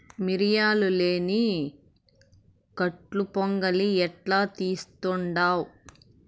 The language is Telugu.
మిరియాలు లేని కట్పు పొంగలి ఎట్టా తీస్తుండావ్